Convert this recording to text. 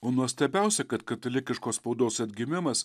o nuostabiausia kad katalikiškos spaudos atgimimas